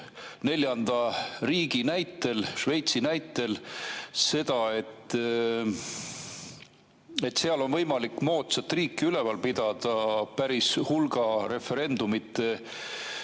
neljanda riigi, Šveitsi näitel, kuidas seal on võimalik moodsat riiki üleval pidada päris hulga referendumite